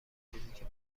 فیزیک